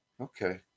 Okay